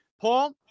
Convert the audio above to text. Paul